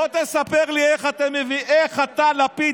בוא תספר לי איך אתה, לפיד,